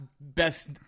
best